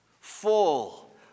full